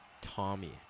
Tommy